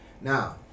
Now